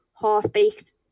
half-baked